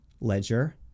ledger